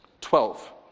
Twelve